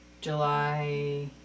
July